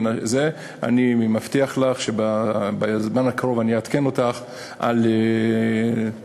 אני מבטיח לך שבזמן הקרוב אעדכן אותך על כלים,